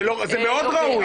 זה מאוד ראוי.